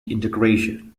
integration